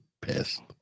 pissed